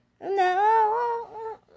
No